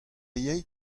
yay